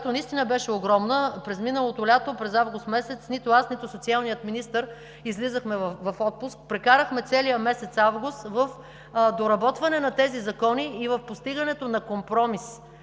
които наистина беше огромна, през миналото лято през август месец нито аз, нито социалния министър излизахме в отпуск. Прекарахме целия месец август в доработване на тези закони и в постигането на компромис,